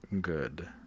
good